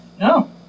No